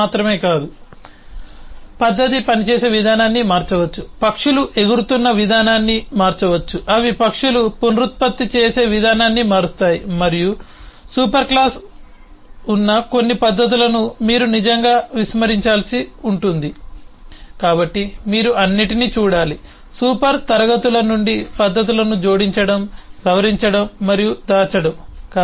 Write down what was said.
మాత్రమే కాదు పద్ధతి పనిచేసే విధానాన్ని మార్చవచ్చు పక్షులు ఎగురుతున్న విధానాన్ని మార్చవచ్చు అవి పక్షులు పునరుత్పత్తి చేసే విధానాన్ని మారుస్తాయి మరియు సూపర్ క్లాస్ ఉన్న కొన్ని పద్ధతులను మీరు నిజంగా విస్మరించాల్సి ఉంటుంది కాబట్టి మీరు అన్నింటినీ చూడాలి సూపర్ క్లాస్ ల నుండి పద్ధతులను జోడించడం సవరించడం మరియు దాచడంadd modify and hide